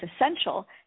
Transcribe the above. essential